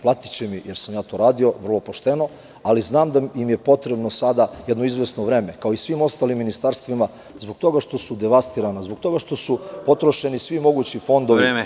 Platiće mi jer sam ja to radio, vrlo pošteno, ali znam da im je sada potrebno jedno izvesno vreme, kao i svim ostalim ministarstvima, zbog toga što su devastirana, zbog toga što su potrošeni svi mogući fondovi.